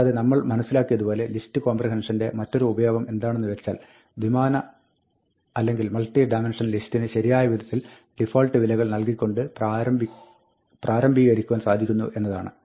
കൂടാതെ നമ്മൾ മനസ്സിലാക്കിയതുപോലെ ലിസ്റ്റ് കോംബ്രിഹെൻഷന്റെ മറ്റൊരു ഉപയോഗം എന്താണെന്ന് വെച്ചാൽ ദ്വിമാന അല്ലെങ്കിൽ മൾട്ടി ഡൈമൻഷണൽ ലിസ്റ്റിന് ശരിയായ വിധത്തിൽ ഡിഫാൾട്ട് വിലകൾ നൽകിക്കൊണ്ട് പ്രാരംഭീകരിക്കുവാൻ സാധിക്കുന്നു എന്നതാണ്